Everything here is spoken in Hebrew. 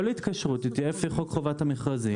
כל התקשרות תהיה לפי חוק חובת המכרזים.